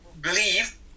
believe